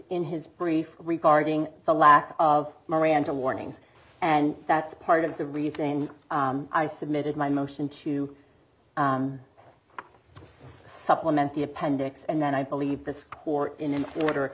in his brief regarding the lack of miranda warnings and that's part of the reason i submitted my motion to supplement the appendix and then i believe this court in order